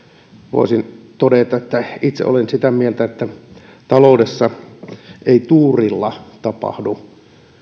voisin todeta että itse olen sitä mieltä että taloudessa ei tuurilla tapahdu